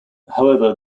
however